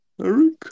Eric